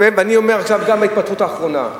ואני אומר עכשיו גם על ההתפטרות האחרונה.